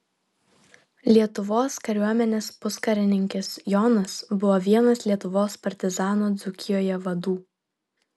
lietuvos kariuomenės puskarininkis jonas buvo vienas lietuvos partizanų dzūkijoje vadų